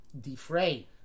defray